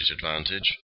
advantage